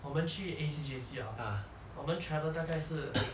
我们去 A_C J_C hor 我们 travel 大概是